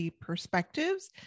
perspectives